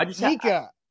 Nika